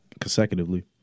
consecutively